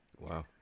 Wow